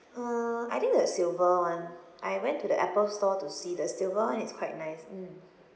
uh I think the silver [one] I went to the Apple store to see the silver [one] is quite nice mm